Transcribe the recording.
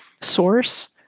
source